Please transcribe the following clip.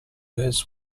his